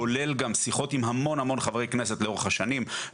כולל גם שיחות עם המון המון חברי כנסת לאורך השנים.